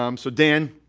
um so dan,